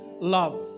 love